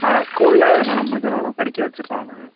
நான் ஸ்கூலில் என்னால் முடிஞ்சளவு நான் படிக்க வச்சிடுறேன் அவனை